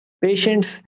patients